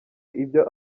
ibyo